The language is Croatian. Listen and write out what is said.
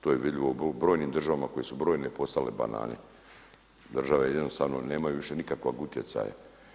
To je vidljivo u brojnim državama koje su brojne postale banane, države jedino … nemaju više nikakvog utjecaja.